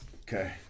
okay